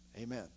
amen